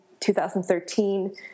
2013